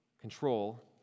control